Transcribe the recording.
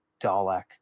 Dalek